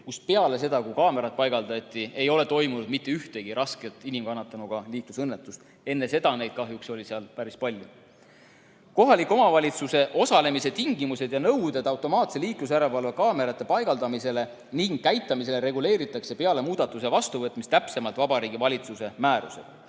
kus pärast seda, kui kaamerad paigaldati, ei ole toimunud mitte ühtegi rasket inimkannatanuga liiklusõnnetust. Enne seda oli neid seal kahjuks päris palju. Kohaliku omavalitsuse osalemise tingimused ja nõuded automaatsete liiklusjärelevalvekaamerate paigaldamisele ning käitamisele reguleeritakse pärast muudatuse vastuvõtmist täpsemalt Vabariigi Valitsuse määruses.